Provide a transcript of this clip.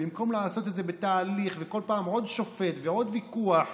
במקום לעשות את זה בתהליך וכל פעם עוד שופט ועוד ויכוח,